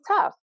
tough